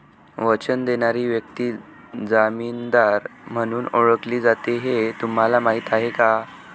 वचन देणारी व्यक्ती जामीनदार म्हणून ओळखली जाते हे तुम्हाला माहीत आहे का?